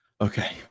okay